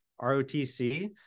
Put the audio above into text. ROTC